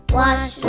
wash